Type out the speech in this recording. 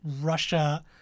Russia